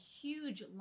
huge